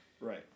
Right